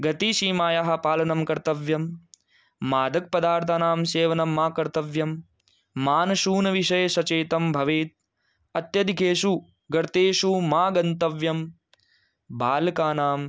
गतिसीमायाः पालनं कर्तव्यं मादकपदार्थानां सेवनं मा कर्तव्यं मानशूनविषये सचेतं भवेत् अत्यधिकेषु गर्तेषु मा गन्तव्यं बालकानां